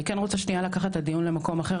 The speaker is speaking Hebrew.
אני כן רוצה שנייה לקחת את הדיון למקום אחר,